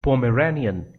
pomeranian